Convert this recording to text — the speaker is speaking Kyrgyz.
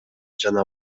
жана